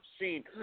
seen